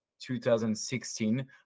2016